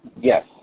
Yes